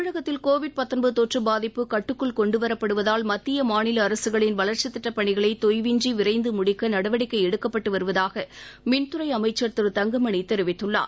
தமிழகத்தில் கோவிட் கொற்று பாதிப்பு கட்டுக்குள் கொண்டு வரப்படுவதால் மத்திய மாநில அரசுகளின் வளர்ச்சித் திட்டப் பணிகளை தொய்வின்றி விரைந்து முடிக்க நடவடிக்கை எடுக்கப்பட்டு வருவதாக மின்துறை அமைச்சர் திரு தங்கமணி தெரிவித்துள்ளார்